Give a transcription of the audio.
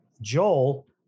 Joel